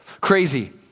Crazy